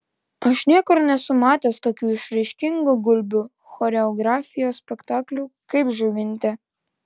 aš niekur nesu matęs tokių išraiškingų gulbių choreografijos spektaklių kaip žuvinte